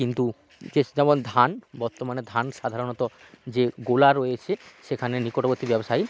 কিন্তু যে যেমন ধান বর্তমানে ধান সাধারণত যে গোলা রয়েছে সেখানে নিকটবর্তী ব্যবসায়ী